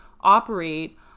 operate